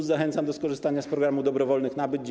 Zachęcam do skorzystania z programu dobrowolnych nabyć.